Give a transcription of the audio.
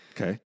Okay